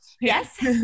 Yes